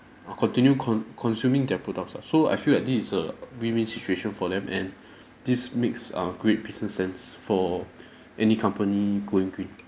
or continue con~ consuming their products ah so I feel like this is a win-win situation for them and this makes err great pieces sense for any company going green